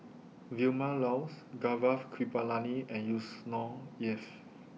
Vilma Laus Gaurav Kripalani and Yusnor Ef